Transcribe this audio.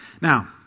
Now